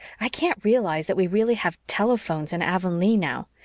i can't realize that we really have telephones in avonlea now.